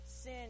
sin